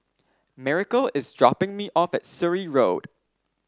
Miracle is dropping me off at Surrey Road